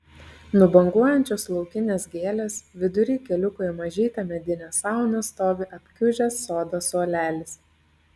nubanguojančios laukinės gėlės vidury keliuko į mažytę medinę sauną stovi apkiužęs sodo suolelis